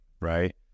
Right